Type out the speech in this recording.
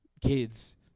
kids